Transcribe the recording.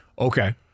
Okay